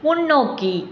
முன்னோக்கி